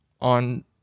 on